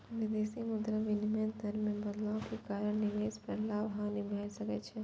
विदेशी मुद्रा विनिमय दर मे बदलाव के कारण निवेश पर लाभ, हानि भए सकै छै